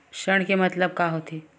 ऋण के मतलब का होथे?